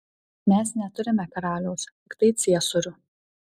mes neturime karaliaus tiktai ciesorių